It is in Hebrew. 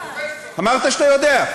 אמרת שאתה יודע.